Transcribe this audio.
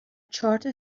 چارت